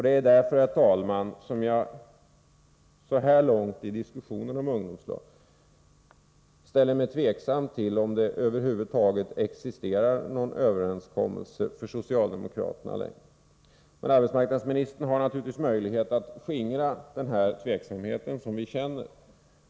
Det är därför, herr talman, som jag på det här stadiet av diskussionen av ungdomslagen ställer mig tveksam till om det över huvud taget existerar någon överenskommelse. Arbetsmarknadsministern har naturligtvis möjlighet att skingra den tveksamhet som man känner.